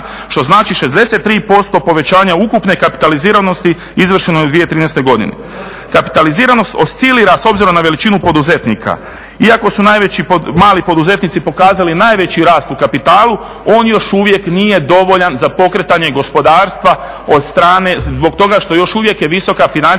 što znači 63% povećanja ukupne kapitaliziranosti izvršeno je u 2013. godini. Kapitaliziranost oscilira s obzirom na veličinu poduzetnika. Iako su mali poduzetnici pokazali najveći rast u kapitalu, on još uvijek nije dovoljan za pokretanje gospodarstva od strane, zbog toga što još uvijek je visoka financijska